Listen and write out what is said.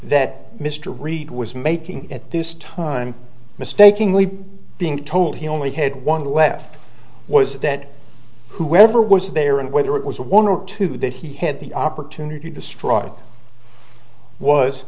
that mr reid was making at this time mistakingly being told he only had one left was dead whoever was there and whether it was a one or two that he had the opportunity to strike was